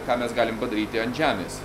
ką mes galim padaryti ant žemės